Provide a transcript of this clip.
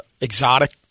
exotic